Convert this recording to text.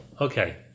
Okay